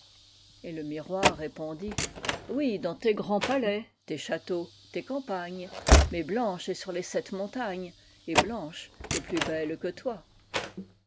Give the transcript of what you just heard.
et le miroir répondit oui dans tes grands palais tes châteaux tes campagnes mais blanche est sur les sept montagnes et blanche est plus belle que toi